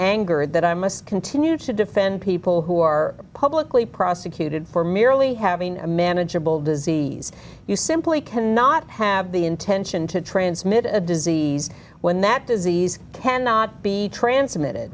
angered that i must continue to defend people who are publicly prosecuted for merely having a manageable disease you simply cannot have the intention to transmit a disease when that disease cannot be transmitted